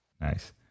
nice